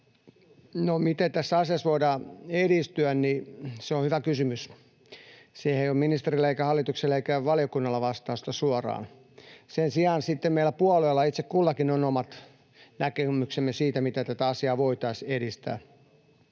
miten tässä asiassa voidaan edistyä — se on hyvä kysymys. Siihen ei ole ministerillä eikä hallituksella eikä valiokunnalla vastausta suoraan. Sen sijaan sitten meillä puolueilla itse kullakin on omat näkemyksemme siitä, miten tätä asiaa voitaisiin edistää.